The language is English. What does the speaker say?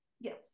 Yes